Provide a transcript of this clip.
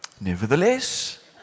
Nevertheless